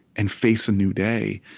and face a new day.